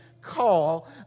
call